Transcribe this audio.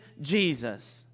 Jesus